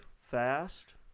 fast